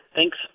Thanks